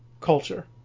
culture